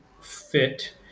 fit